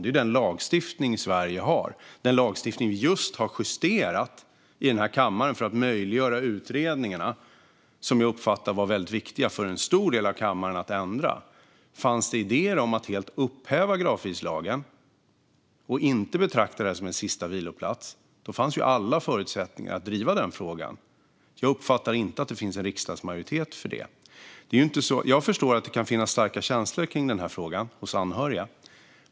Det är den lagstiftning Sverige har. Det är den lagstiftning vi just har justerat i kammaren för att möjliggöra utredningarna, som jag uppfattar var väldigt viktiga för en stor del av kammaren. Fanns det idéer om att helt upphäva gravfridslagen och att inte betrakta detta som en sista viloplats fanns det alla förutsättningar att driva den frågan. Jag uppfattar inte att det finns en riksdagsmajoritet för det. Jag förstår att det kan finnas starka känslor kring den frågan hos anhöriga.